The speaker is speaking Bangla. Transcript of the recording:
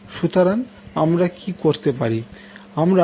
সুতরাং আমরা কি তৈরি করতে পারি